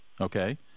Okay